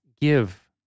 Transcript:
give